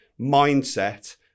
mindset